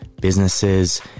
businesses